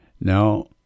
Now